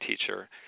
teacher –